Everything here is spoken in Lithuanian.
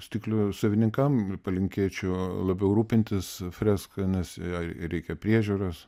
stiklių savininkam palinkėčiau labiau rūpintis freska nes jai reikia priežiūros